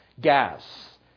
gas